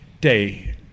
day